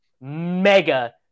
mega